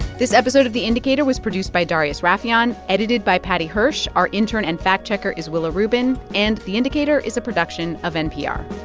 this episode of the indicator was produced by darius rafieyan, edited by paddy hirsch. our intern and fact-checker is willa rubin. and the indicator is a production of npr